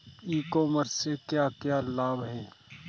ई commerce से क्या क्या लाभ हैं?